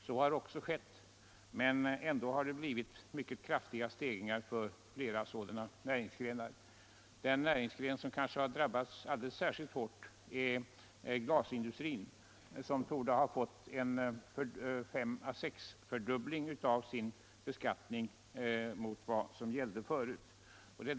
Så har också skett, men ändå har flera näringsgrenar fått vidkännas kraftiga skattestegringar. Den näringsgren som kanske drabbats särskilt hårt är glasindustrin, vars beskattning torde ha blivit fem sex gånger så stor som tidigare.